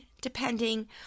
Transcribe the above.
depending